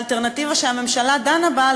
מהאלטרנטיבה שהממשלה דנה בה,